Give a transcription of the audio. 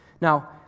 now